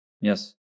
yes